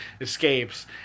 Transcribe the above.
escapes